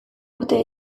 urtea